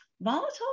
volatile